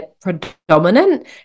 predominant